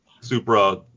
Supra